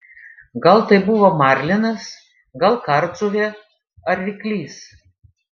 gal tai buvo marlinas gal kardžuvė ar ryklys